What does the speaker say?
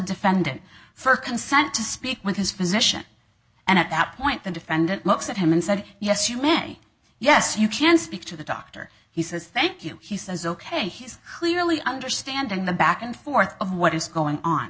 defendant for consent to speak with his physician and at that point the defendant looks at him and said yes you may yes you can speak to the doctor he says thank you he says ok he's clearly understanding the back and forth of what is going on